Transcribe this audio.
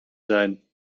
zijn